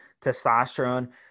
testosterone